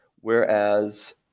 Whereas